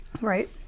Right